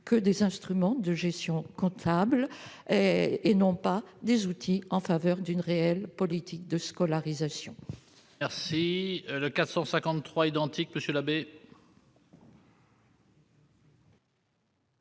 que des instruments de gestion comptable, non des outils en faveur d'une réelle politique de scolarisation.